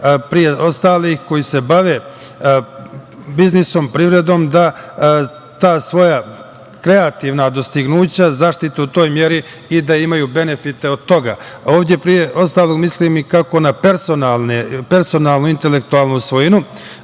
ostalih, koji se bave biznisom, privredom, da ta svoja kreativna dostignuća zaštite u toj meri i da imaju benefite pre toga. Ovde, pre svega, mislim kako na personalnu intelektualnu svojinu,